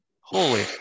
holy